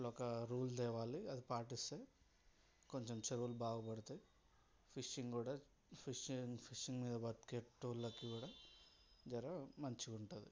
ఇట్ల ఒక రూల్ తేవాలి అది పాటిస్తే కొంచెం చెరువులు బాగుపడుతాయి ఫిషింగ్ కూడా ఫిషింగ్ ఫిషింగ్ మీద బతికే వాళ్ళకు కూడా జర మంచిగా ఉంటుంది